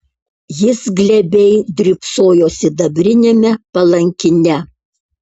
jis glebiai drybsojo sidabriniame palankine